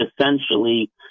essentially